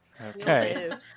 Okay